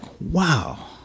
wow